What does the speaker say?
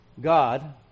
God